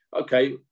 okay